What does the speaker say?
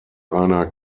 einer